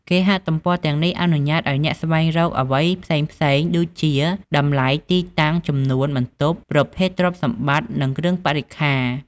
គេហទំព័រទាំងនេះអនុញ្ញាតឱ្យអ្នកស្វែងរកអ្វីផ្សេងៗដូចជា តម្លៃ ទីតាំង ចំនួនបន្ទប់ ប្រភេទទ្រព្យសម្បត្តិ និងគ្រឿងបរិក្ខារ។